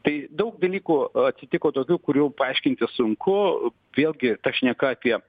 tai daug dalykų atsitiko tokių kurių paaiškinti sunku vėlgi ta šneka apie